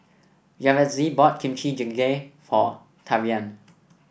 Yaretzi bought Kimchi Jjigae for Tavian